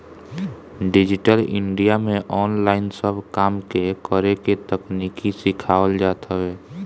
digital India में online सब काम के करेके तकनीकी सिखावल जात हवे